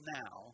now